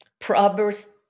proverbs